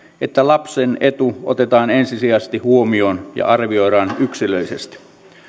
että lapsen etu otetaan ensisijaisesti huomioon ja arvioidaan yksilöllisesti